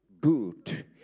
good